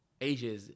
Asia